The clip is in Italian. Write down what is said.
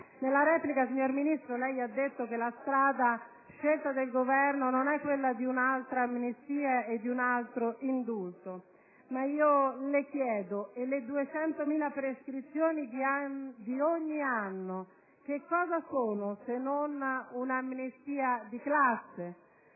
Nella replica, signor Ministro, lei ha detto che la strada scelta dal Governo non è quella di un'altra amnistia e di un altro indulto, ma le chiedo: e le 200.000 prescrizioni di ogni anno cosa sono se non un'amnistia di classe,